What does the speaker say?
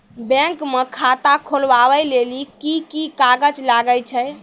Bank म खाता खोलवाय लेली की की कागज लागै छै?